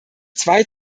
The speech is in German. zwei